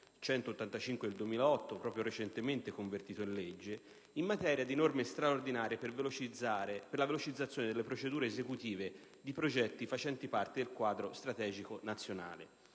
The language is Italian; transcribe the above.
185 del 2008, proprio recentemente convertito in legge, in materia di norme straordinarie per la velocizzazione delle procedure esecutive di progetti facenti parte del quadro strategico nazionale.